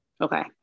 Okay